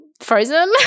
frozen